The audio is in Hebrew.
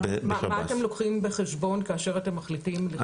מה אתם לוקחים בחשבון כאשר אתם מחליטים?